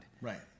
Right